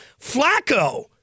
Flacco